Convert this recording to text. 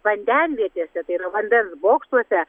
vandenvietėse tai yra vandens bokštuose